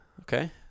Okay